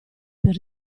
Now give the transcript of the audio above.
per